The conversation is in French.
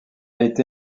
été